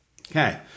Okay